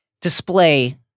display